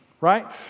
right